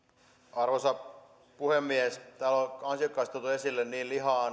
arvoisa puhemies täällä on ansiokkaasti tuotu esille niin lihaa